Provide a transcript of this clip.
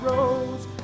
Rose